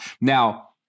Now